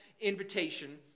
invitation